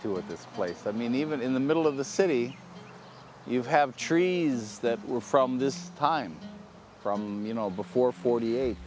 it this place i mean even in the middle of the city you have trees that were from this time from you know before forty eight